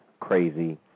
crazy